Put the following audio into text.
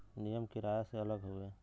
नियम किराया से अलग हउवे